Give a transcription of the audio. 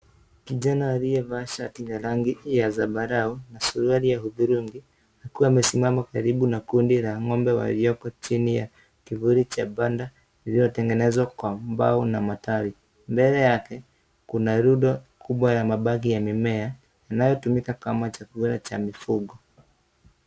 Kijana aliyevaa shati ya rangi ya zambarau ,na suruali ya hudhurungi akiwa amesimama karibu na kundi la ngombe walioko chini ya kivuli cha kibanda, iliyotengenezwa kwa mbao na matawi mbele yake kuna rundo kubwa la mabaki ya mimea inayotumika kama chakula cha mifugo.